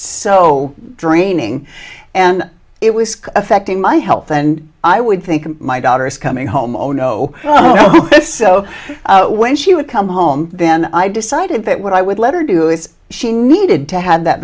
so draining and it was affecting my health and i would think my daughter is coming home oh no so when she would come home then i decided that what i would let her do is she needed to have that